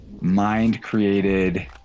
mind-created